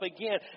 again